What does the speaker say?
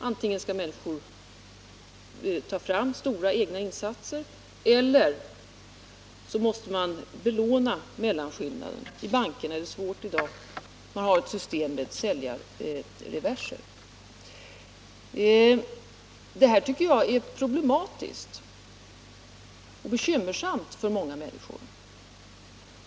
Människor måste antingen betala höga egna insatser eller också låna till mellanskillnaden, vilket i dag är svårt i banker. Man har i stället ett system med säljarreverser. Jag tror att det är problematiskt och bekymmersamt för många människor.